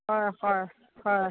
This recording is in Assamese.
হয় হয় হয়